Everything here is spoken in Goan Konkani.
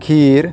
खीर